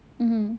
mmhmm